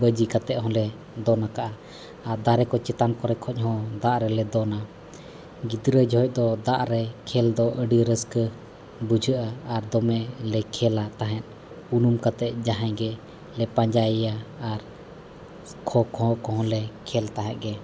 ᱵᱟᱹᱡᱤ ᱠᱟᱛᱮᱫ ᱦᱚᱱ ᱞᱮ ᱫᱚᱱ ᱟᱠᱟᱜᱼᱟ ᱟᱨ ᱫᱟᱨᱮ ᱠᱚ ᱪᱮᱛᱟᱱ ᱠᱚᱨᱮ ᱠᱷᱚᱱ ᱦᱚᱸ ᱫᱟᱜ ᱨᱮᱞᱮ ᱫᱚᱱᱟ ᱜᱤᱫᱽᱨᱟᱹ ᱡᱚᱠᱷᱚᱱ ᱫᱚ ᱫᱟᱜ ᱨᱮ ᱠᱷᱮᱞ ᱫᱚ ᱟᱹᱰᱤ ᱨᱟᱹᱥᱠᱟᱹ ᱵᱩᱡᱷᱟᱹᱜᱼᱟ ᱟᱨ ᱫᱚᱢᱮ ᱠᱷᱮᱞ ᱛᱟᱦᱮᱸᱫ ᱩᱱᱩᱢ ᱠᱟᱛᱮᱫ ᱡᱟᱦᱟᱸᱭ ᱜᱮᱞᱮ ᱯᱟᱸᱡᱟᱭᱮᱭᱟ ᱟᱨ ᱠᱷᱳ ᱠᱷᱳ ᱠᱚᱦᱚᱸ ᱞᱮ ᱠᱷᱮᱞ ᱛᱟᱦᱮᱸᱫ ᱜᱮ